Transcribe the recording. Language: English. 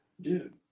dude